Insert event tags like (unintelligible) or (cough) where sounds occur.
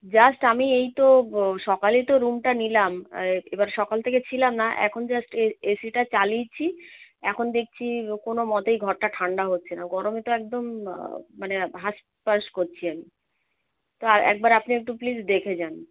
just আমি এই তো সকালেই তো রুমটা নিলাম এবার সকাল থেকে ছিলাম না এখন জাস্ট এএসিটা চালিয়েছি এখন দেখছি কোনো মতেই ঘরটা ঠান্ডা হচ্ছে না গরমে তো একদম মানে হাঁস ফাঁস করছি আমি তো (unintelligible) একবার আপনি একটু প্লিজ দেখে যান